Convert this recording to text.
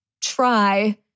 try